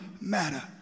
matter